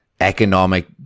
economic –